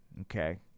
Okay